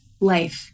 life